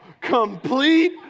Complete